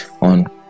on